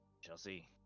Chelsea